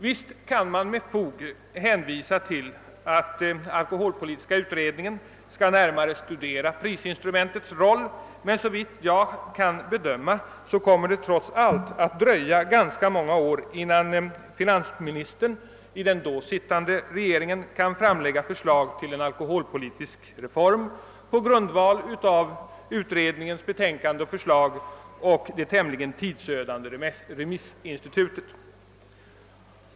Visst kan man med fog hänvisa till att alkoholpolitiska utredningen skall närmare studera prisinstrumentets roll, men såvitt jag kan bedöma kommer det trots allt att dröja ganska många år innan finansministern i den då sittande regeringen kan framlägga förslag till en alkoholpolitisk reform på grundval av utredningens betänkande och de synpuakter som framkommer under det tämligen tidsödande remissförfarandet.